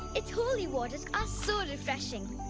its holy waters are so refreshing.